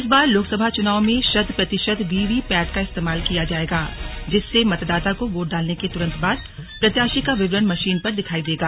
इस बार लोकसभा चुनाव में शत प्रतिशत वीवीपैट का इस्तेमाल किया जाएगा जिससे मतदाता को वोट डालने के तुरंत बाद प्रत्याशी का विवरण मशीन पर दिखाई देगा